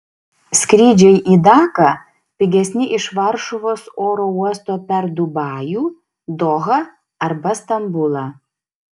skrydžiai į daką pigesni iš varšuvos oro uosto per dubajų dohą arba stambulą